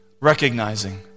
Recognizing